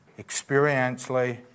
Experientially